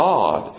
God